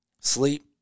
sleep